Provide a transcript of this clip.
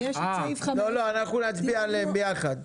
אנחנו נצביע עליהם ביחד.